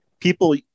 people